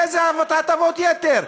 איזה הטבות יתר?